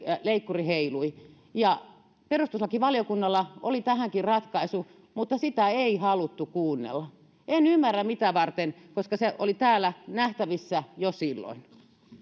leikkuri heilui perustuslakivaliokunnalla oli tähänkin ratkaisu mutta sitä ei haluttu kuunnella en ymmärrä mitä varten koska se oli täällä nähtävissä jo silloin